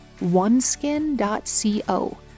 oneskin.co